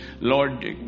Lord